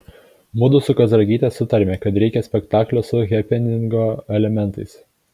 mudu su kazragyte sutarėme kad reikia spektaklio su hepeningo elementais